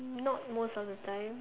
not most of the time